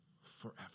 forever